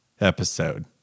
episode